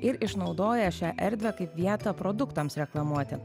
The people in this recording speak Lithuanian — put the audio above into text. ir išnaudoja šią erdvę kaip vietą produktams reklamuoti